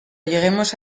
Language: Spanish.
lleguemos